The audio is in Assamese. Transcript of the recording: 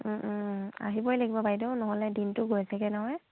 আহিবই লাগিব বাইদেউ নহ'লে দিনটো গৈছেগৈ নহয়